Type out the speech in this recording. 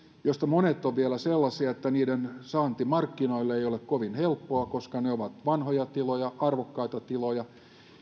joista monet ovat vielä sellaisia että niiden saaminen markkinoille ei ole kovin helppoa koska ne ovat vanhoja tiloja ja arvokkaita tiloja